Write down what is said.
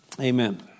Amen